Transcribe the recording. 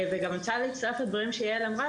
אני גם רוצה להצטרף לדברים שיעל אמרה,